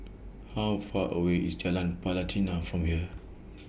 How Far away IS Jalan Pelatina from here